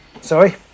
Sorry